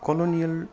colonial